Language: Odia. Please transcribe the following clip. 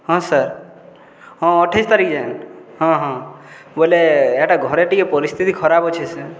ହଁ ସାର୍ ହଁ ଅଠେଇଶ୍ ତାରିକ୍ ଯେନ୍ ହଁ ହଁ ବଏଲେ ହେଟା ଘରେ ଟିକେ ପରିସ୍ଥିତି ଖରାପ୍ ଅଛେ ସାର୍